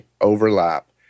overlap